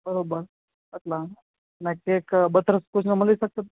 બરોબર એટલે ને કેક બટર સ્કોચના મલી શકશે